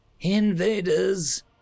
Invaders